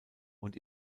und